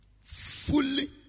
Fully